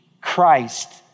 Christ